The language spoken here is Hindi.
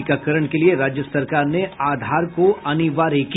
टीकाकरण के लिये राज्य सरकार ने आधार को अनिवार्य किया